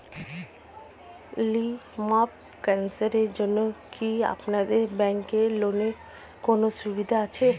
Lymph ক্যানসারের জন্য কি আপনাদের ব্যঙ্কে লোনের কোনও সুবিধা আছে?